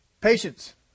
patience